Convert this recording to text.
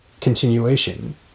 continuation